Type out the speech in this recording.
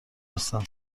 هستند